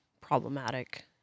problematic